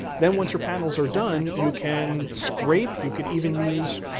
then once your panels are done, you can scrape, you could even use,